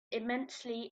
immensely